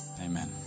Amen